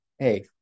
hey